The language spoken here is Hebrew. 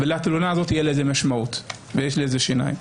לתלונה הזאת תהיה משמעות ויהיו לה שיניים.